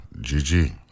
Gigi